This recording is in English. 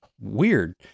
Weird